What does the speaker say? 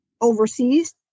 overseas